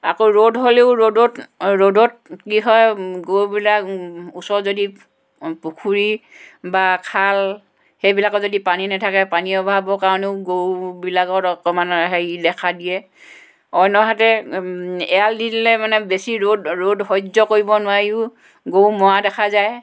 আকৌ ৰ'দ হ'লেও ৰ'দত ৰ'দত কি হয় গৰুবিলাক ওচৰত যদি পুখুৰী বা খাল সেইবিলাকত যদি পানী নাথাকে পানী বঢ়াবৰ কাৰণেও গৰুবিলাকৰ অকণমান হেৰি দেখা দিয়ে অন্যহাতে এৰাল দি দিলে মানে বেছি ৰ'দ ৰ'দ সহ্য কৰিব নোৱাৰিও গৰু মৰা দেখা যায়